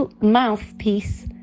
mouthpiece